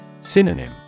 Synonym